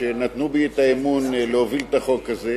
שנתנו בי את האמון להוביל את החוק הזה.